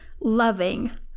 loving